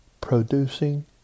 producing